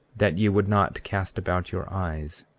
that ye would not cast about your eyes,